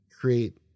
create